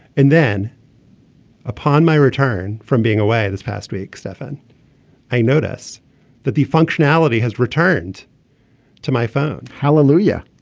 and then upon my return from being away this past week stefan i notice that the functionality has returned to my phone. hallelujah.